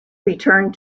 returned